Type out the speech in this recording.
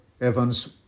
Evans